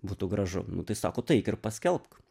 būtų gražu nu tai sako tai eik ir paskelbk